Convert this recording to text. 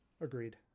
Agreed